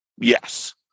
Yes